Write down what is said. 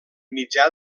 mitjà